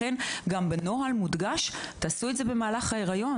בנוהל החדש מודגש שיש לעשות זאת במהלך ההיריון,